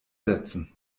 setzen